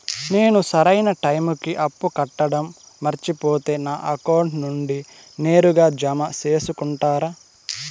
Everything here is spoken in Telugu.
నేను సరైన టైముకి అప్పు కట్టడం మర్చిపోతే నా అకౌంట్ నుండి నేరుగా జామ సేసుకుంటారా?